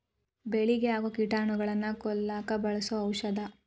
ಬೆಳಿಗೆ ಆಗು ಕೇಟಾನುಗಳನ್ನ ಕೊಲ್ಲಾಕ ಬಳಸು ಔಷದ